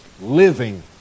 living